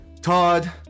todd